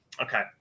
Okay